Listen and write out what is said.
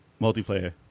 Multiplayer